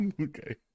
Okay